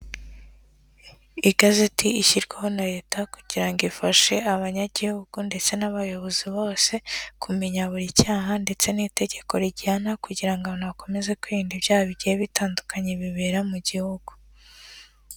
Igazeti ishyirwaho na Leta kugira ngo ifashe abanyagihugu ndetse n'abayobozi bose, kumenya buri cyaha ndetse n'itegeko rigihana kugira ngo bakomeze kwirinda ibyaha bigiye bitandukanye bibera mu gihugu.